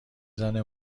زنه